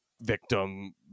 victim